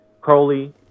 Crowley